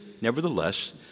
nevertheless